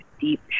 deep